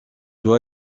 loi